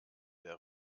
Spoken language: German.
der